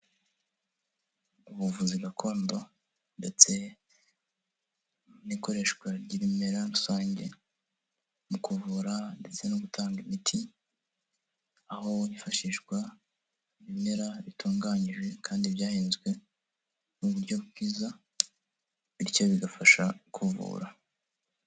Ubuvuzi gakondo ndetse rikoreshwa rya remera rusange mu kuvura ndetse no gutanga imiti aho wifashishwa ibimera bitunganyijwe kandi byahezwe n'uburyo bwiza bityo bigafasha kuvura.